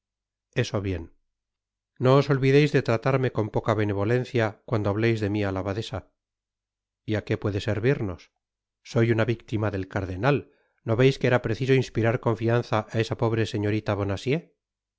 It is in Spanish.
eso bien no os olvideis de tratarme con poca benevolencia cuando hableis de mi á la abadesa y á qué puede servirnos soy una victima del cardenal no veis que era preciso inspirar confianza á esa pobre señortta bonacieux